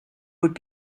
would